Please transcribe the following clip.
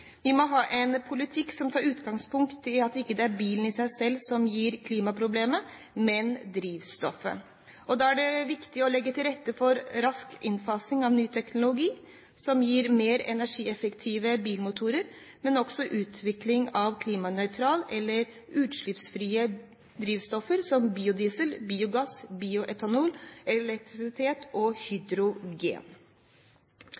Vi må ha en politikk som tar utgangspunkt i at det ikke er bilen i seg selv som gir klimaproblemet, men drivstoffet. Da er det viktig å legge til rette for rask innfasing av ny teknologi som gir mer energieffektive bilmotorer, men også utvikling av klimanøytrale eller utslippsfrie drivstoffer, som biodiesel, biogass, bioetanol, elektrisitet og